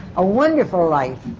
a wonderful life.